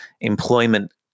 employment